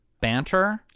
banter